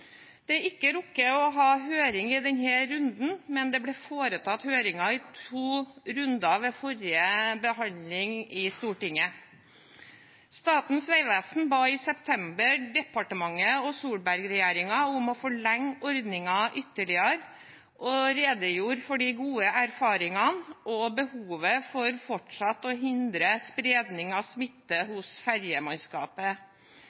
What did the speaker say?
har ikke rukket å ha høring i denne runden, men det ble gjennomført høringer i to runder ved forrige behandling i Stortinget. Statens vegvesen ba i september departementet og Solberg-regjeringen om å forlenge ordningen ytterligere og redegjorde for de gode erfaringene og behovet for fortsatt å hindre spredning av smitte